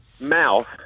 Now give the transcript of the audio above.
mouth